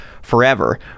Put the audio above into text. Forever